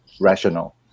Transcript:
rational